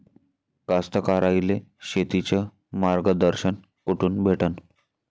कास्तकाराइले शेतीचं मार्गदर्शन कुठून भेटन?